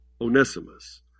Onesimus